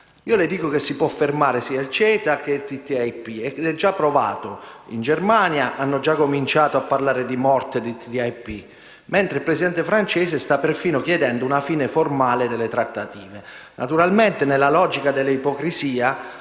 Le assicuro che si possono fermare sia il CETA che il TTIP ed è già dimostrato. In Germania hanno già cominciato a parlare di morte del TTIP, mentre il Presidente francese sta perfino chiedendo una fine formale delle trattative. Naturalmente, nella logica dell'ipocrisia,